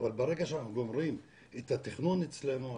אבל ברגע שאנחנו גומרים את התכנון אצלנו,